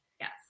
Yes